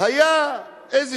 היו איזה